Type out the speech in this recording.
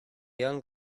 young